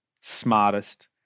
smartest